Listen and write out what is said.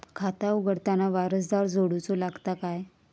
खाता उघडताना वारसदार जोडूचो लागता काय?